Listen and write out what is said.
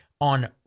on